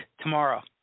tomorrow